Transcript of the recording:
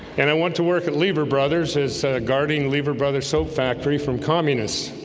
and i went to work at lieber brothers as guarding lever brothers soap factory from communist